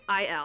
IL